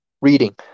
Reading